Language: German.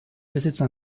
besitzen